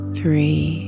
three